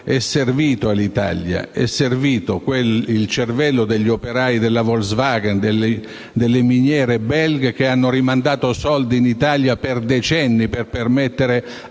è servito all'Italia: pensiamo agli operai della Volkswagen e delle miniere belghe che hanno rimandato soldi in Italia per decenni per permettere